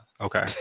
Okay